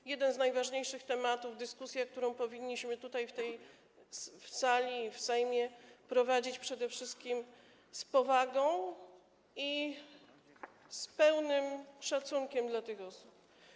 To jeden z najważniejszych tematów, dyskusja, którą powinniśmy tutaj, w tej sali, w Sejmie, prowadzić przede wszystkim z powagą i z pełnym szacunkiem dla tych osób.